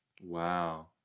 Wow